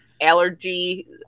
allergy